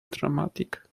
dramatic